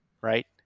right